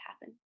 happen